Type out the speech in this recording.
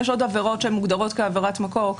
ויש עוד עבירות שהן מוגדרות כעבירת מקור.